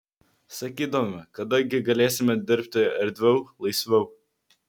sakydavome kada gi galėsime dirbti erdviau laisviau